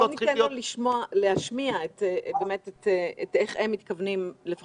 בואו ניתן לו לומר איך הם מתכוונים לנהוג,